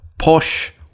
posh